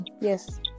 Yes